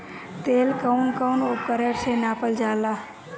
तेल कउन कउन उपकरण से नापल जाला?